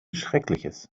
schreckliches